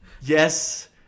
yes